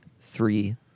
three